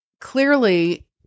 clearly